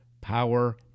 Power